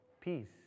peace